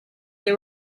they